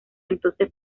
entonces